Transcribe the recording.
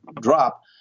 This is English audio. drop